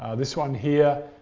ah this one here,